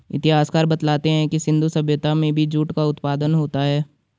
इतिहासकार बतलाते हैं कि सिन्धु सभ्यता में भी जूट का उत्पादन होता था